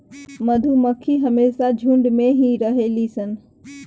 मधुमक्खी हमेशा झुण्ड में ही रहेली सन